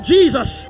Jesus